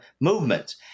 movements